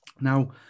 Now